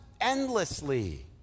endlessly